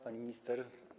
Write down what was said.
Pani Minister!